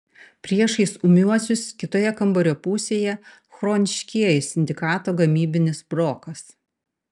priešais ūmiuosius kitoje kambario pusėje chroniškieji sindikato gamybinis brokas